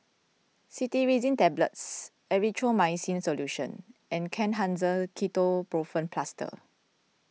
Cetirizine Tablets Erythroymycin Solution and Kenhancer Ketoprofen Plaster